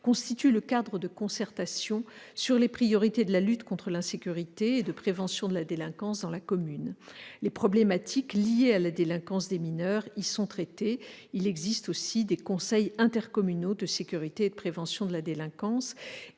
constitue le cadre de concertation sur les priorités de la lutte contre l'insécurité et de la prévention de la délinquance dans la commune. Les problématiques liées à la délinquance des mineurs y sont traitées. Il existe aussi des conseils intercommunaux de sécurité et de prévention de la délinquance,